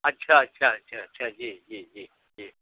अच्छा अच्छा अच्छा अच्छा जी जी जी जी